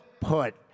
put